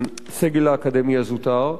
לסגל האקדמי הזוטר.